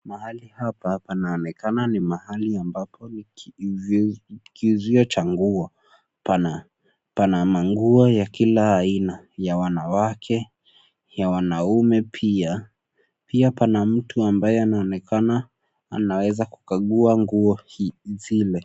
Mahali hapa panaonekana ni mahali ambapo ni kiuzio cha nguo. Pana, pana manguo ya kila aina ya wanawake ya wanaume pia. Pia pana mtu ambaye anaonekana anaweza kukagua nguo hii, zile.